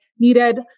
needed